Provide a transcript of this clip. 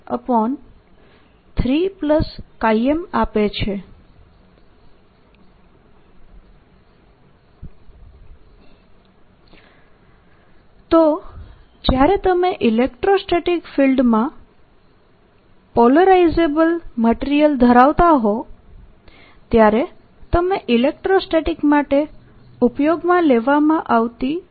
HB0 M3MB033MB0 Binside0HM3 M13 MBapplied તો જ્યારે તમે ઇલેક્ટ્રોસ્ટેટીક ફિલ્ડમાં પોલરાઈઝેબલ મટીરીયલ ધરાવતા હો ત્યારે તમે ઇલેક્ટ્રોસ્ટેટીક માટે ઉપયોગમાં લેવામાં આવતી તકનીકીઓ જોઇ